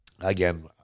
again